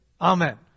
Amen